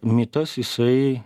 mitas jisai